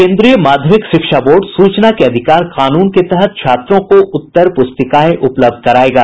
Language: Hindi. केन्द्रीय माध्यमिक शिक्षा बोर्ड सूचना के अधिकार कानून के तहत छात्रों को उत्तर पुस्तिकाएं उपलब्ध करायेगा